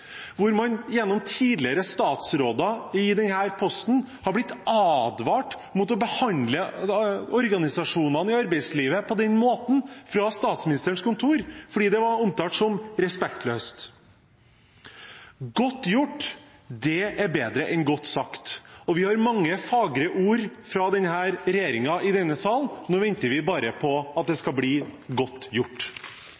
hvor man gjennom tidligere statsråder i denne posten har blitt advart fra Statsministerens kontor mot å behandle organisasjonene i arbeidslivet på den måten, fordi det ble omtalt som respektløst. Godt gjort er bedre enn godt sagt, og vi har fått mange fagre ord fra denne regjeringen i denne sal. Nå venter vi bare på at det